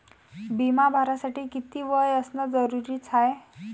बिमा भरासाठी किती वय असनं जरुरीच हाय?